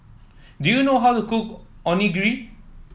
do you know how to cook Onigiri